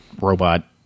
robot